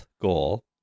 goal